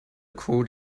crawled